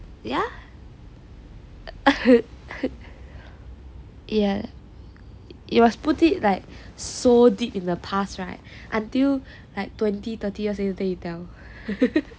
yeah yeah yea you have to put it like so deep in the past though then twenty thirty years later then you tell